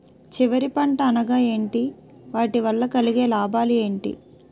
చివరి పంట అనగా ఏంటి వాటి వల్ల కలిగే లాభాలు ఏంటి